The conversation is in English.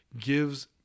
gives